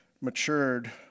matured